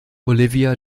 olivia